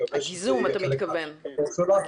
אתה מתכוון לגיזום.